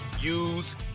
use